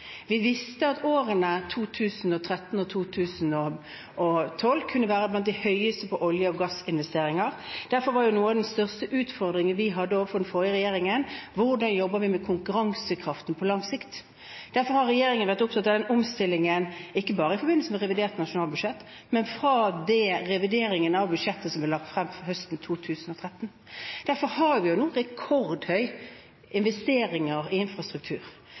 Vi visste at årene 2013 og 2012 kunne være blant de høyeste på olje- og gassinvesteringer. En av de største utfordringene vi hadde overfor den forrige regjeringen, var: Hvordan jobber vi med konkurransekraften på lang sikt? Derfor har regjeringen vært opptatt av den omstillingen, ikke bare i forbindelse med revidert nasjonalbudsjett, men fra revideringen av budsjettet som ble lagt frem høsten 2013. Vi har nå rekordhøy investering i infrastruktur,